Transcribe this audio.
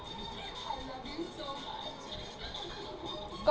मौसम के जानकारी कैसे मिली?